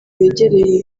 begereye